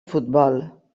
futbol